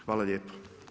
Hvala lijepo.